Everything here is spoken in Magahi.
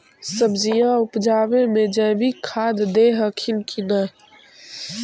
सब्जिया उपजाबे मे जैवीक खाद दे हखिन की नैय?